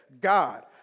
God